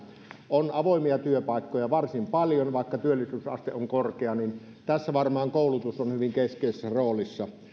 on avoimia työpaikkoja varsin paljon vaikka työllisyysaste on korkea tässä varmaan koulutus on hyvin keskeisessä roolissa